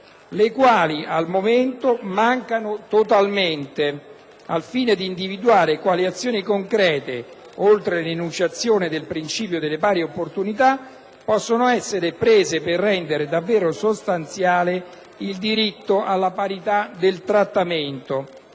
le quali al momento mancano totalmente, al fine di individuare quali azioni concrete, oltre l'enunciazione del principio delle pari opportunità, possano essere intraprese per rendere davvero sostanziale il diritto alla parità del trattamento.